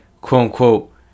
quote-unquote